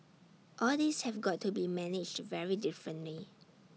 all these have got to be managed very differently